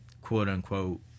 quote-unquote